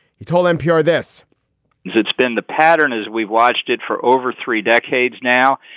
he told npr this is it's been the pattern as we've watched it for over three decades now.